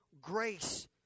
grace